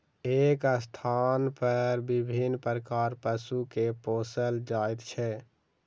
एक स्थानपर विभिन्न प्रकारक पशु के पोसल जाइत छै